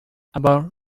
about